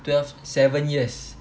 twelve seven years